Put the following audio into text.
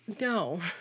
no